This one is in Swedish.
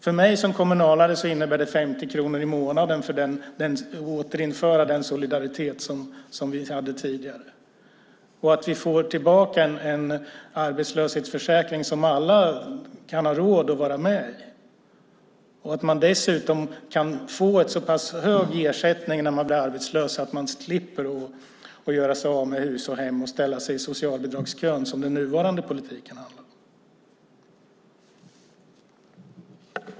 För mig som kommunalare innebär det 50 kronor i månaden att återinföra den solidaritet som vi hade tidigare. Vi får tillbaka en arbetslöshetsförsäkring som alla har råd att vara med i. Dessutom kan man få en så pass hög ersättning när man blir arbetslös att man slipper göra sig av med hus och hem och ställa sig i socialbidragskön, som med den nuvarande politiken.